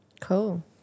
Cool